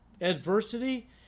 adversity